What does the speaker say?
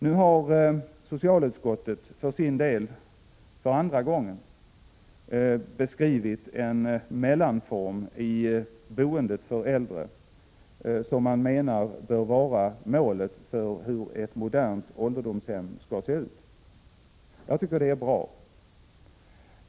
Nu har socialutskottet för andra gången beskrivit en mellanform i boendet för äldre som man anser bör vara målet för hur ett modernt ålderdomshem skall se ut. Det är bra.